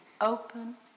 Open